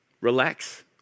relax